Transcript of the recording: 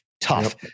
tough